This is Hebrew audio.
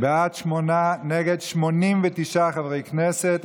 בעד, שמונה, נגד, 89 חברי כנסת.